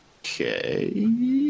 Okay